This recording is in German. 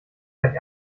gleich